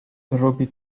drugi